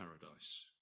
paradise